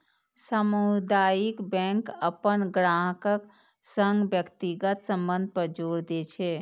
सामुदायिक बैंक अपन ग्राहकक संग व्यक्तिगत संबंध पर जोर दै छै